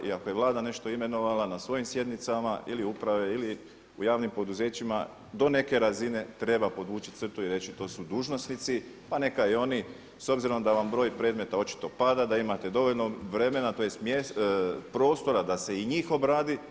I ako je Vlada nešto imenovala na svojim sjednicama ili uprave ili u javnim poduzećima do neke razine treba podvući crtu i reći to su dužnosnici, pa neka i oni s obzirom da vam broj predmeta očito pada da imate dovoljno vremena, tj. prostora da se i njih obradi.